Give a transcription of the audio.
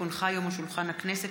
כי הונחה היום על שולחן הכנסת,